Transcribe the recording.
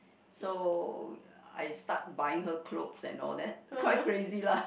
so I start buying her clothes and all that quite crazy lah